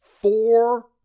four